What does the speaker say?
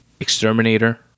exterminator